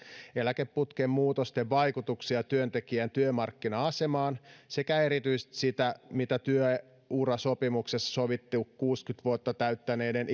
eläkeputken muutosten vaikutuksia työntekijän työmarkkina asemaan sekä erityisesti sitä miten työurasopimuksessa sovittu kuusikymmentä vuotta täyttäneiden